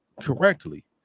correctly